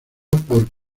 por